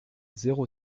zéro